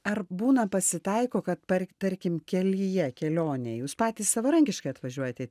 ar būna pasitaiko kad par tarkim kelyje kelionėj jūs patys savarankiškai atvažiuojate į